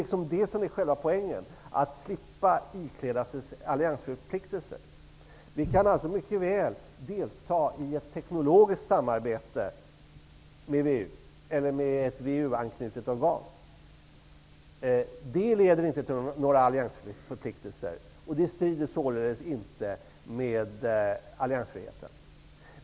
Det är detta som är själva poängen, dvs. att slippa ikläda sig alliansförpliktelser. Vi kan alltså mycket väl delta i ett teknologiskt samarbete med WEU eller med ett WEU-anknutet organ. Det leder inte till några alliansförpliktelser, och det strider således inte mot alliansfriheten.